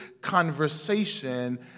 conversation